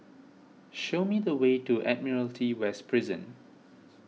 show me the way to Admiralty West Prison